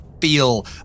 feel